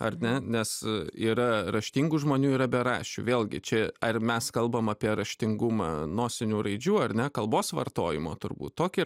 ar ne nes yra raštingų žmonių yra beraščių vėlgi čia ar mes kalbame apie raštingumą nosinių raidžių ar ne kalbos vartojimo turbūt tokį